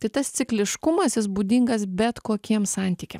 tai tas cikliškumas jis būdingas bet kokiems santykiam